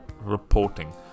reporting